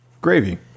gravy